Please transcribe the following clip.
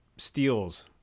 steals